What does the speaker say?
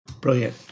Brilliant